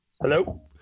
hello